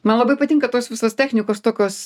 man labai patinka tos visos technikos tokios